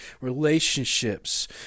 Relationships